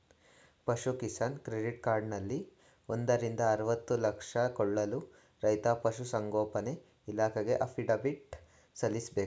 ಪಶು ಕಿಸಾನ್ ಕ್ರೆಡಿಟ್ ಕಾರ್ಡಲ್ಲಿ ಒಂದರಿಂದ ಅರ್ವತ್ತು ಲಕ್ಷ ಸಾಲ ಕೊಳ್ಳಲು ರೈತ ಪಶುಸಂಗೋಪನೆ ಇಲಾಖೆಗೆ ಅಫಿಡವಿಟ್ ಸಲ್ಲಿಸ್ಬೇಕು